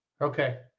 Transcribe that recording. Okay